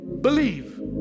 believe